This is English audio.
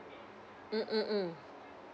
mm mm mm